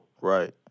Right